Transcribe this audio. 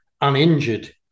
uninjured